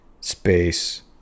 space